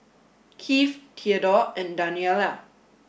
Kieth Theadore and Daniella